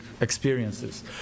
experiences